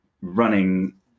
running